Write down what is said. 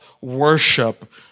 worship